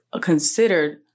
considered